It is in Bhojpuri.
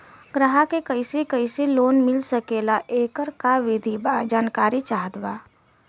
ग्राहक के कैसे कैसे लोन मिल सकेला येकर का विधि बा जानकारी चाहत बा?